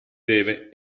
deve